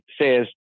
says